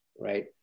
right